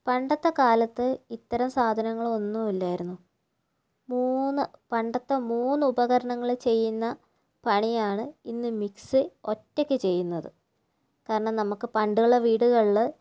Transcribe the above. പണ്ടത്തെക്കാലത്ത് ഇത്തരം സാധനങ്ങളൊന്നും ഇല്ലായിരുന്നു മൂന്ന് പണ്ടത്തെ മൂന്ന് ഉപകരണങ്ങൾ ചെയ്യുന്ന പണിയാണ് ഇന്ന് മിക്സി ഒറ്റയ്ക്ക് ചെയ്യുന്നത് കാരണം നമുക്ക് പണ്ടുള്ള വീടുകളില്